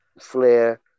Flair